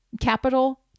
capital